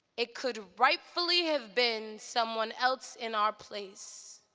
it could rightfully have been someone else in our place,